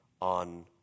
on